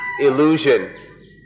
illusion